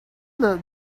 look